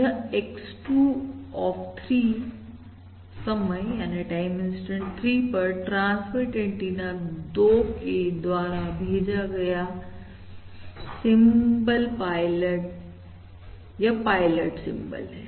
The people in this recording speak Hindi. यह X2 ऑफ 3 समय 3 पर ट्रांसमिट एंटीना 2 के द्वारा भेजा गया सिंबल या पायलट सिंबल है